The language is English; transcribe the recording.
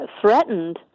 threatened